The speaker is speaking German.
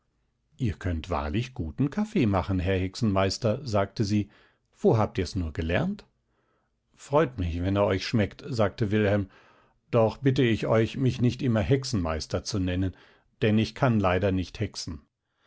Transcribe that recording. ihr könnt wahrlich guten kaffee machen herr hexenmeister sagte sie wo habt ihr's nur gelernt freut mich wenn er euch schmeckt sagte wilhelm doch bitte ich euch mich nicht immer hexenmeister zu nennen denn ich kann leider nicht hexen